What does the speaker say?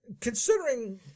considering